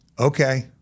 okay